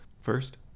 First